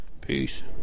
Peace